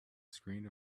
screen